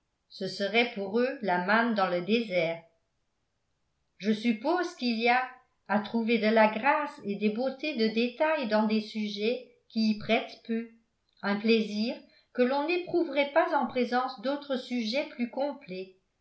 ce serait pour eux la manne dans le désert je suppose qu'il y a à trouver de la grâce et des beautés de détails dans des sujets qui y prêtent peu un plaisir que l'on n'éprouverait pas en présence d'autres sujets plus complets